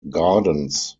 gardens